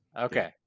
Okay